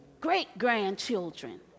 great-grandchildren